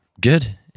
Good